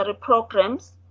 programs